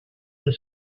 the